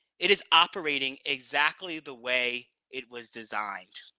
it is operating exactly the way it was designed.